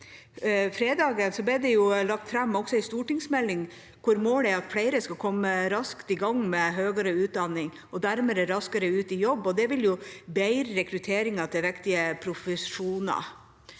ble det også lagt fram en stortingsmelding hvor målet er at flere skal komme raskt i gang med høyere utdanning og dermed raskere ut i jobb. Det vil bedre rekrutteringen til viktige profesjoner.